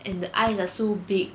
and the eye are so big